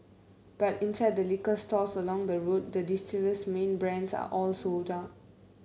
but inside the liquor stores along the road the distiller's main brands are all sold out